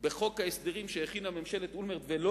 בחוק ההסדרים שהכינה ממשלת אולמרט ולא